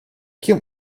kiom